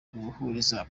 guhuriza